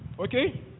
okay